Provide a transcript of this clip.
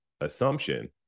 assumption